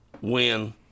win